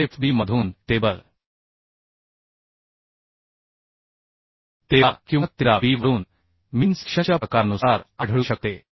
या fb मधून table 13 किंवा 13 b वरून मीन सेक्शनच्या प्रकारानुसार आढळू शकते